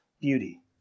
beauty